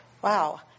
wow